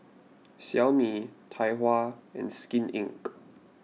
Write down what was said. Xiaomi Tai Hua and Skin Inc